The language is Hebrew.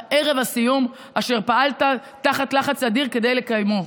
ערב הסיום, אשר פעלת תחת לחץ אדיר כדי לקיימו.